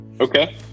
Okay